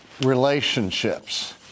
relationships